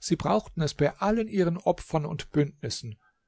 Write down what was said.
sie brauchten es bei allen ihren opfern und bündnissen